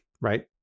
right